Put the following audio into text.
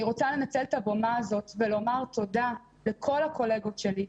אני רוצה לנצל את הבמה הזאת ולומר תודה לכל הקולגות שלי,